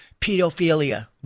Pedophilia